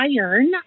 IRON